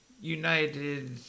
United